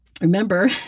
Remember